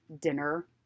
dinner